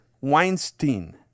weinstein